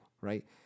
right